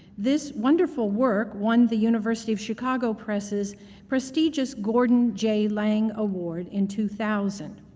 this wonderful work one the university of chicago press's prestigious gordon j. laing award in two thousand.